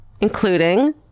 including